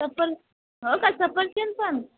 सफर हो का सफरचंद पण